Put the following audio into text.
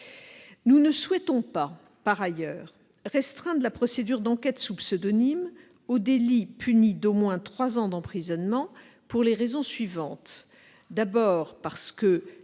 nous ne souhaitons pas restreindre la procédure d'enquête sous pseudonyme aux délits punis d'au moins trois ans d'emprisonnement, pour les raisons suivantes.